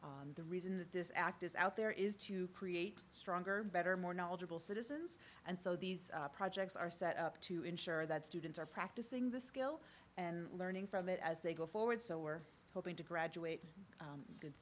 at the reason that this act is out there is to create stronger better more knowledgeable citizens and so these projects are set up to ensure that students are practicing the skill and learning from it as they go forward so we're hoping to graduate